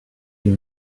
you